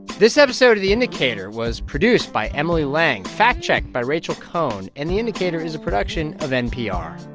this episode of the indicator was produced by emily lang, fact-checked by rachel cohn. and the indicator is a production of npr